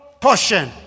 portion